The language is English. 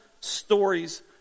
stories